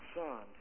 son